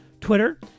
Twitter